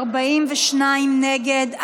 42 נגד.